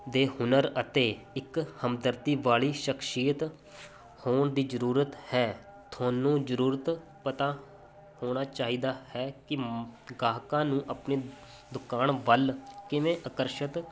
ਦੇ ਹੁਨਰ ਅਤੇ ਇੱਕ ਹਮਦਰਦੀ ਵਾਲੀ ਸ਼ਖਸ਼ੀਅਤ ਹੋਣ ਦੀ ਜ਼ਰੂਰਤ ਹੈ ਤੁਹਾਨੂੰ ਜ਼ਰੂਰਤ ਪਤਾ ਹੋਣਾ ਚਾਹੀਦਾ ਹੈ ਕਿ ਗਾਹਕਾਂ ਨੂੰ ਆਪਣੀ ਦੁਕਾਨ ਵੱਲ ਕਿਵੇਂ ਆਕਰਸ਼ਿਤ